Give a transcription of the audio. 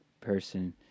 person